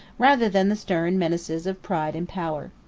rather than the stern menaces of pride and power.